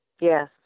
Yes